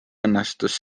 õnnestus